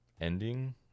ending